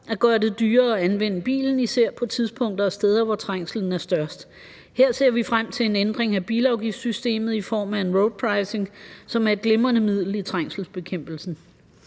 at gøre det dyrere at anvende bilen især på tidspunkter og steder, hvor trængslen er størst. Her ser vi frem til en ændring af bilafgiftssystemet i form af roadpricing, som er et glimrende middel i trængselsbekæmpelsen.